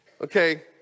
Okay